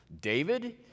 David